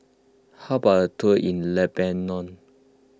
how about a tour in Lebanon